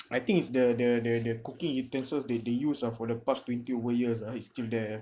I think it's the the the the cooking utensils they they use ah for the past twenty over years ah is still there